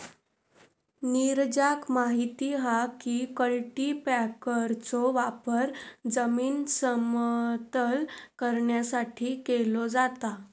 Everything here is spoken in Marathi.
नीरजाक माहित हा की कल्टीपॅकरचो वापर जमीन समतल करण्यासाठी केलो जाता